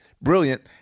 brilliant